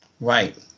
Right